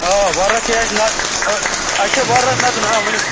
آ ولٕرَس چھِ أسۍ نہَ اَسہِ چھِ وَلرَس نَژُن آ ؤنِو